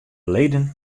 leden